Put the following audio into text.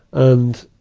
and,